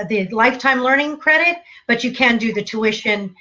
term the lifetime learning credit but you can do the tuition